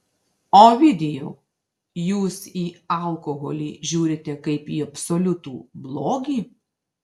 ovidijau jūs į alkoholį žiūrite kaip į absoliutų blogį